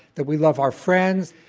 that we love our friends,